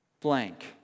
blank